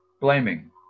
Blaming